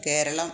Keralam